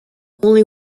only